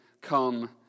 come